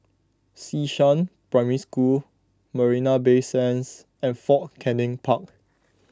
Xishan Primary School Marina Bay Sands and Fort Canning Park